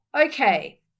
Okay